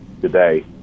today